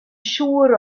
siŵr